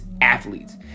athletes